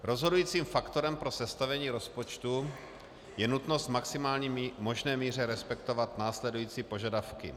Rozhodujícím faktorem pro sestavení rozpočtu je nutnost v maximální možné míře respektovat následující požadavky.